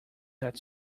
that